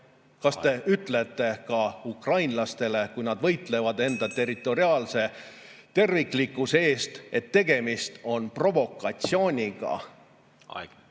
kas te ütlete ka ukrainlastele, kui nad võitlevad enda territoriaalse terviklikkuse eest, et tegemist on provokatsiooniga?